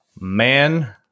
Man